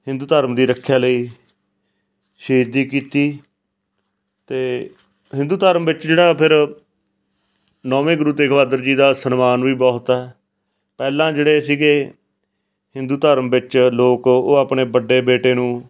ਹਿੰਦੂ ਧਰਮ ਦੀ ਰੱਖਿਆ ਲਈ ਸ਼ਹੀਦੀ ਕੀਤੀ ਅਤੇ ਹਿੰਦੂ ਧਰਮ ਵਿੱਚ ਜਿਹੜਾ ਫਿਰ ਨੌਵੇਂ ਗੁਰੂ ਤੇਗ ਬਹਾਦਰ ਜੀ ਦਾ ਸਨਮਾਨ ਵੀ ਬਹੁਤ ਹੈ ਪਹਿਲਾਂ ਜਿਹੜੇ ਸੀਗੇ ਹਿੰਦੂ ਧਰਮ ਵਿੱਚ ਲੋਕ ਉਹ ਆਪਣੇ ਵੱਡੇ ਬੇਟੇ ਨੂੰ